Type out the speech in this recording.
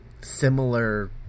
similar